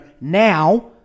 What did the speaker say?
now